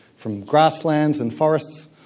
from grasslands and forests,